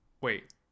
wait